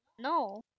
No